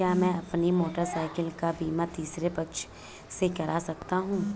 क्या मैं अपनी मोटरसाइकिल का बीमा तीसरे पक्ष से करा सकता हूँ?